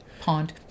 Pond